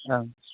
ओं